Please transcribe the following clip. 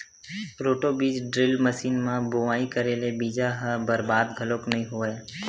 roto बीज drill machine म बोवई करे ले बीजा ह बरबाद घलोक नइ होवय